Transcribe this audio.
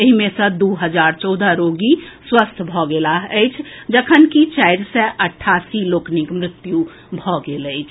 एहि मे सँ दू हजार चौदह रोगी स्वस्थ भऽ गेलाह अछि जखनकि चारि सय अठासी लोकनिक मृत्यु भऽ गेल अछि